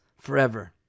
forever